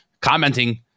commenting